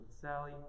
Sally